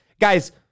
Guys